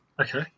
Okay